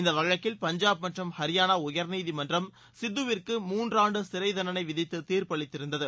இந்த வழக்கில் பஞ்சாப் மற்றும் ஹரியானா உயர்நீதிமன்றம் சித்துவிற்கு மூன்றாண்டு சிறை தண்டனை விதித்து தீர்ப்பளித்திருந்தது